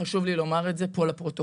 חשוב לי לומר את זה פה לפרוטוקול.